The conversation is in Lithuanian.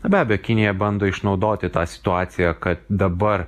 na be abejo kinija bando išnaudoti tą situaciją kad dabar